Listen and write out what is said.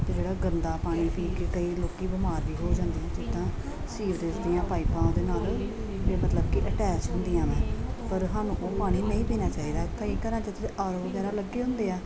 ਅਤੇ ਜਿਹੜਾ ਗੰਦਾ ਪਾਣੀ ਪੀ ਕੇ ਕਈ ਲੋਕ ਬਿਮਾਰ ਵੀ ਹੋ ਜਾਂਦੇ ਨੇ ਜਿੱਦਾਂ ਸੀਵਰੇਜ ਦੀਆਂ ਪਾਈਪਾਂ ਉਹਦੇ ਨਾਲ ਵੀ ਮਤਲਬ ਕਿ ਅਟੈਚ ਹੁੰਦੀਆਂ ਨੇ ਪਰ ਸਾਨੂੰ ਉਹ ਪਾਣੀ ਨਹੀਂ ਪੀਣਾ ਚਾਹੀਦਾ ਕਈ ਘਰਾਂ 'ਚ ਐਰ ਓ ਵਗੈਰਾ ਲੱਗੇ ਹੁੰਦੇ ਆ